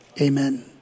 Amen